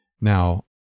Now